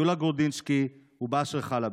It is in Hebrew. יוליה גורדיצ'וק ובאשר חלבי.